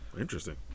interesting